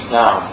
now